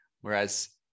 Whereas